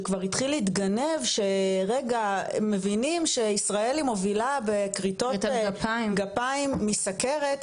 שכבר התחיל להתגנב שרגע מבינים שישראל היא מובילה בכריתות כפיים מסכרת,